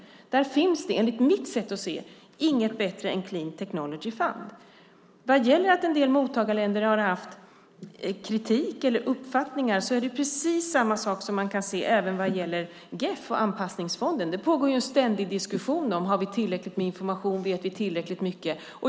Där finns det enligt mitt sätt att se ingen bättre än Clean Technology Fund. Vad gäller att en del mottagarländer har fört fram kritik eller uppfattningar är det precis samma sak som man kan se även vad gäller GEF och anpassningsfonden. Det pågår en ständig diskussion om man har tillräckligt med information. Vet vi tillräckligt mycket?